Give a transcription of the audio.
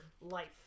life